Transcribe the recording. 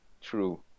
True